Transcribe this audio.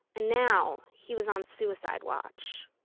and now he was on suicide watch